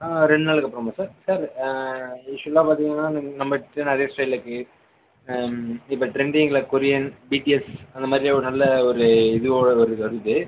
ஆ ரெண்டு நாளுக்கு அப்புறமா சார் சார் யூசுவல்லாக பார்த்திங்கனா நம்மகிட்ட நிறைய ஸ்டைல் இருக்குது இப்போ ட்ரெண்டிங்கில் கொரியன் பிடிஎஸ் அந்த மாதிரி ஒரு நல்ல ஒரு இதுவோடு ஒரு வருது சார் இது